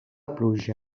pluja